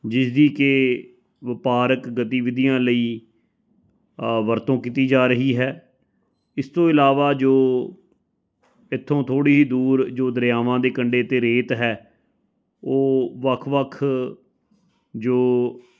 ਜਿਸਦੀ ਕਿ ਵਪਾਰਕ ਗਤੀਵਿਧੀਆਂ ਲਈ ਵਰਤੋਂ ਕੀਤੀ ਜਾ ਰਹੀ ਹੈ ਇਸ ਤੋਂ ਇਲਾਵਾ ਜੋ ਇੱਥੋਂ ਥੋੜ੍ਹੀ ਹੀ ਦੂਰ ਜੋ ਦਰਿਆਵਾਂ ਦੇ ਕੰਡੇ 'ਤੇ ਰੇਤ ਹੈ ਉਹ ਵੱਖ ਵੱਖ ਜੋ